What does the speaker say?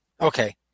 Okay